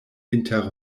inter